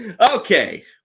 Okay